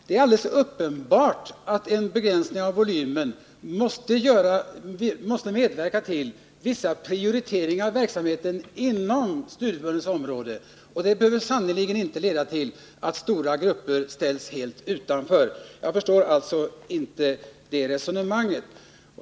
Det är alldeles uppenbart att en begränsning av volymen måste medverka till vissa prioriteringar av verksamheten inom studieförbundens område, men det behöver sannerligen inte leda till att stora grupper ställs helt utanför. Jag förstår som sagt inte det resonemanget.